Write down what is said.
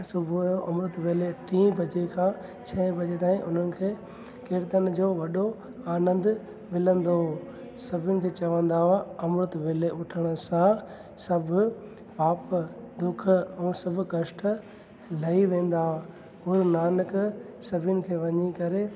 ऐं सुबुह जो अमृत वेले टे बजे खां छह बजे ताईं हुननि खे किर्तन जो वॾो आनंद मिलंदो उहे सभिनि खे चवंदा हुआ अमृत वेले उठण सां सब पाप दुख ऐं सभु कष्ट लही वेंदा हुआ गुरू नानक सभिनि खे वञी करे